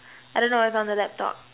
I don't know it's on the laptop